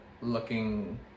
looking